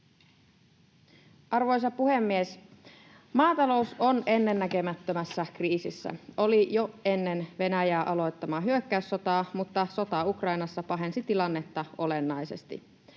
Arvoisa puhemies! Maatalous on ennennäkemättömässä kriisissä — oli jo ennen Venäjän aloittamaa hyökkäyssotaa, mutta sota Ukrainassa pahensi tilannetta olennaisesti.